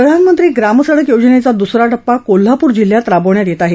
प्रधानमंत्री ग्रामसङक योजनेचा दुसरा टप्पा कोल्हापूर जिल्ह्यात राबविण्यात येत आहे